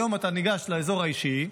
היום אתה ניגש לאזור האישי,